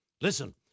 Listen